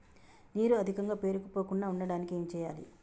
నీరు అధికంగా పేరుకుపోకుండా ఉండటానికి ఏం చేయాలి?